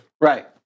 Right